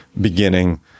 beginning